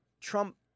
Trump